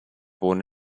born